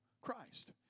Christ